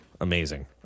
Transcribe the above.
Amazing